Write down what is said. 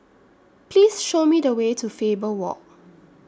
Please Show Me The Way to Faber Walk